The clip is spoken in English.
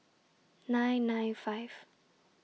nine nine five